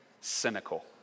cynical